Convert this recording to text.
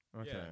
Okay